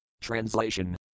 Translation